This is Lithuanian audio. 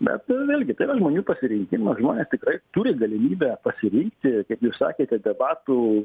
bet nu vėlgi tai yra žmonių pasirinkimas žmonės tikrai turi galimybę pasirinkti kaip jūs sakėte debatų